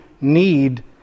need